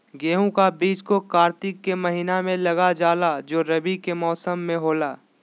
गेहूं का बीज को कार्तिक के महीना में लगा जाला जो रवि के मौसम में होला